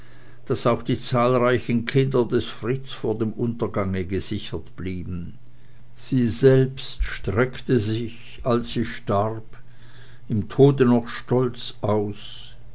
daß auch die zahlreichen kinder des fritz vor dem untergang gesichert blieben sie selbst streckte sich als sie starb im tode noch stolz aus